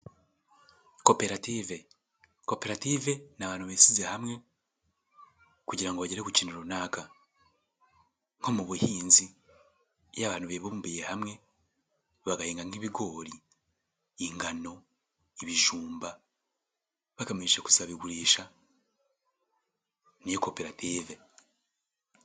Koperative; koperative ni abantu bishyizeze hamwe kugirango ngo bagere ku kintu runaka. Nko mu buhinzi, iyo abantu bibumbiye hamwe bagahinga nk'ibigori, ingano, ibijumba, bagamije guzabigurisha. N'iyo koperative.